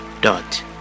dot